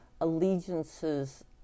allegiances